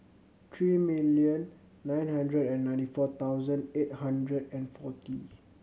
three million nine hundred and ninety four thousand eight hundred and forty